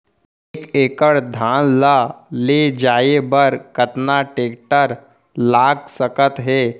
एक एकड़ धान ल ले जाये बर कतना टेकटर लाग सकत हे?